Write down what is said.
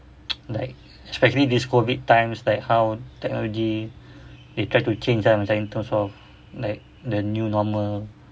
like especially this COVID times like how technology they try to change ah macam in terms of like the new normal